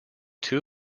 two